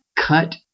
cut